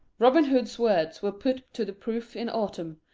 robin hood's words were put to the proof in autumn,